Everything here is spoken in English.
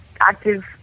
active